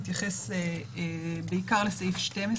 הוא מתייחס בעיקר לסעיף 12,